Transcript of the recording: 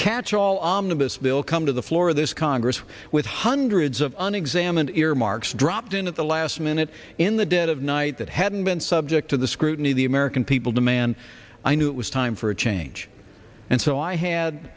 bill come to the floor of this congress with hundreds of unexamined earmarks dropped in at the last minute in the dead of night that hadn't been subject to the scrutiny of the american people demand i knew it was time for a change and so i had